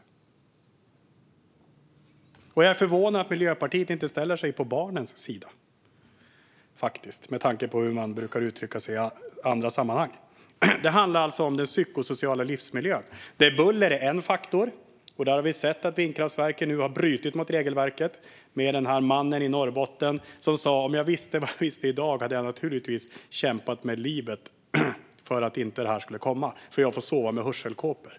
Jag är faktiskt förvånad över att Miljöpartiet inte ställer sig på barnens sida med tanke på hur man brukar uttrycka sig i andra sammanhang. Det handlar alltså om den psykosociala livsmiljön, där buller är en faktor. Där har vi sett att vindkraftverken nu har brutit mot regelverket. Vi har mannen i Norrbotten som sa: Om jag hade vetat vad jag vet i dag hade jag naturligtvis kämpat med livet för att detta inte skulle komma, för jag får sova med hörselkåpor.